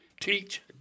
teach